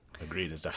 Agreed